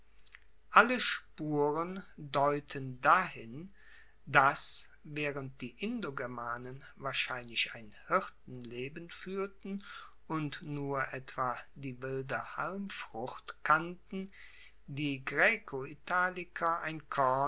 alle spuren deuten dahin dass waehrend die indogermanen wahrscheinlich ein hirtenleben fuehrten und nur etwa die wilde halmfrucht kannten die graecoitaliker ein